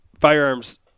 firearms